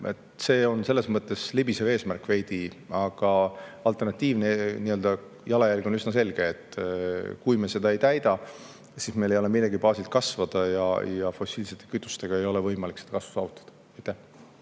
see on selles mõttes libisev eesmärk veidi, aga alternatiivne jalajälg on üsna selge. Kui me seda ei täida, siis meil ei ole millegi baasilt kasvada ja fossiilsete kütustega ei ole võimalik seda kasvu saavutada.